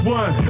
one